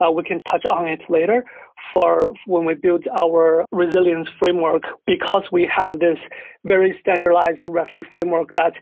ah we can touch on it later for when we build our resilience framework, because we have this very standardized rest li framework that